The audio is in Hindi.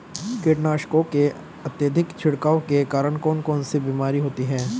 कीटनाशकों के अत्यधिक छिड़काव के कारण कौन सी बीमारी होती है?